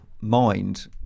mind